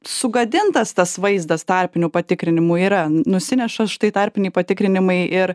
sugadintas tas vaizdas tarpinių patikrinimų yra nusineša štai tarpiniai patikrinimai ir